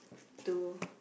two